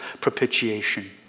propitiation